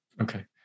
Okay